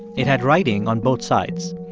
it had writing on both sides.